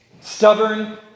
Stubborn